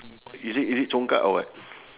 is it is it congkak or what